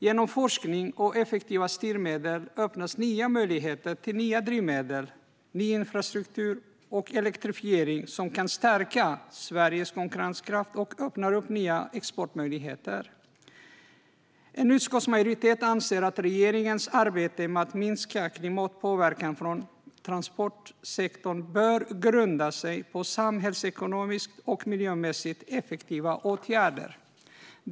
Genom forskning och effektiva styrmedel öppnas nya möjligheter för nya drivmedel, ny infrastruktur och elektrifiering som kan stärka Sveriges konkurrenskraft och öppna för nya exportmöjligheter. En utskottsmajoritet anser att regeringens arbete med att minska klimatpåverkan från transportsektorn bör grundas på samhällsekonomiskt och miljömässigt effektiva åtgärder.